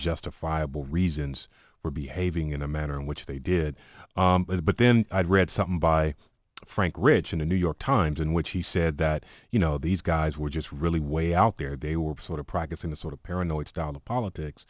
justifiable reasons were behaving in the manner in which they did but then i've read something by frank rich in the new york times in which he said that you know these guys were just really way out there they were sort of practicing the sort of paranoid style of politics